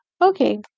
Okay